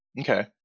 Okay